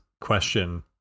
question